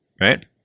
right